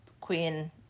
queen